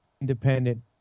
independent